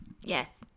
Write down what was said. Yes